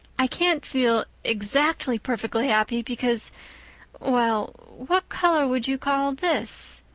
i can't feel exactly perfectly happy because well, what color would you call this?